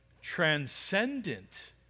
transcendent